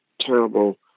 terrible